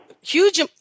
huge